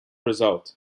result